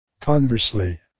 Conversely